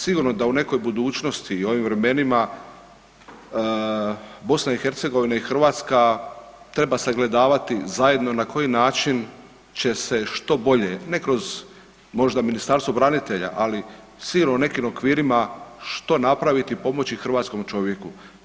Sigurno da u nekoj budućnosti i ovim vremenima BiH i Hrvatska treba sagledavati zajedno na koji način će se što bolje, ne kroz možda Ministarstvo branitelja, ali sigurno u nekim okvirima što napraviti pomoći hrvatskom čovjeku.